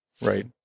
Right